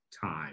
time